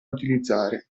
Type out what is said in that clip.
utilizzare